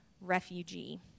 refugee